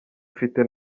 ifite